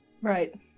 Right